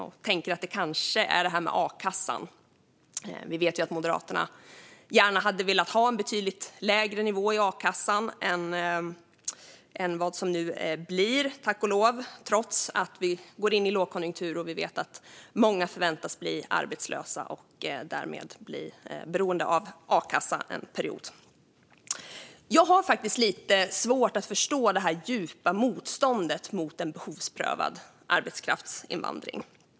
Jag tänker att det kanske är det här med a-kassan. Vi vet ju att Moderaterna gärna hade haft en betydligt lägre nivå i a-kassan än den som nu tack och lov blir. Detta trots att vi går in i lågkonjunktur och många förväntas bli arbetslösa och därmed beroende av a-kassa en period. Jag har faktiskt lite svårt att förstå det här djupa motståndet mot behovsprövad arbetskraftsinvandring.